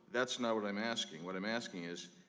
that's not what i'm asking. what i'm asking is,